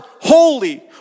holy